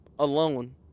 Alone